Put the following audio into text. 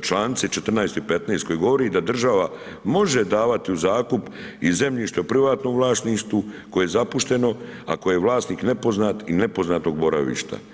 članci 14. i 15. koji govore da država može davati u zakup i zemljište u privatnom vlasništvu koje je zapušteno a koji je vlasnik nepoznat i nepoznatog boravišta.